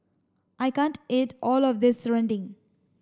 I can't eat all of this Serunding